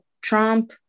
Trump